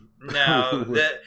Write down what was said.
No